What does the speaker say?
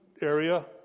area